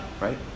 right